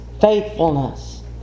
faithfulness